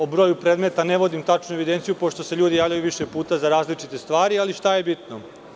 O broju predmeta ne vodim tačnu evidenciju, pošto se ljudi javljaju više puta za različite stvari, ali šta je bitno?